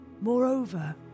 Moreover